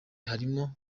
harimo